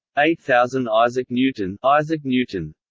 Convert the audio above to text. eight thousand isaac newton isaac newton